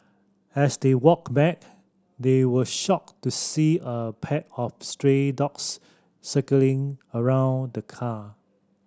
as they walked back they were shocked to see a pack of stray dogs circling around the car